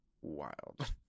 wild